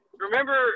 Remember